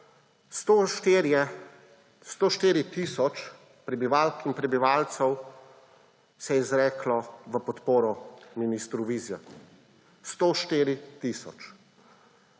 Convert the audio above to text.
104 tisoč prebivalk in prebivalcev se je izreklo v podporo ministru Vizjaku, 104 tisoč.